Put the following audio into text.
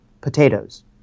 Potatoes